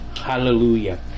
Hallelujah